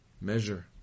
measure